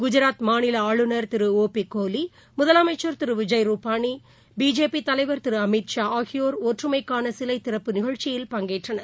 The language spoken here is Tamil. குஜாத் மாநிலஆளுநர் திரு ஓ பிகோலி முதலமைச்சர் திருவிஜய் ரூபானி பிஜேபிதலைவர் திருஅமித்ஷா ஆகியோர் ஒற்றுமைக்கானசிலைதிறப்பு நிகழ்ச்சியில் பங்கேற்றனர்